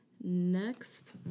next